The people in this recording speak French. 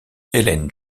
hélène